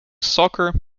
soccer